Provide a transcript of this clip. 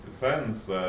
Defense